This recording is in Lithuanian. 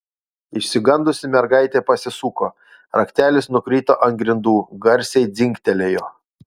išsigandusi mergaitė pasisuko raktelis nukrito ant grindų garsiai dzingtelėjo